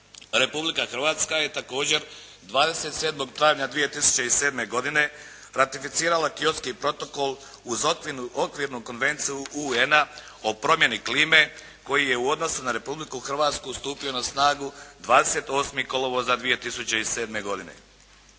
Republika Hrvatska je također 27. travnja 2007. godine ratificirala Kyotski protokol uz okvirnu Konvenciju UN-a o promjeni klime koji je u odnosu na Republiku Hrvatsku stupio na snagu 28. kolovoza 2007. godine.